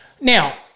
Now